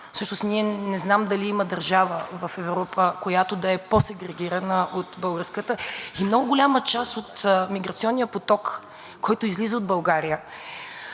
Всъщност не знам дали има държава в Европа, която да е по-сегрегирана от българската. Много голяма част от миграционния поток, който излиза от България,